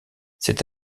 cet